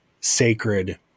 sacred